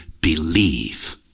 believe